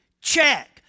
check